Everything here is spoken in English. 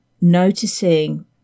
noticing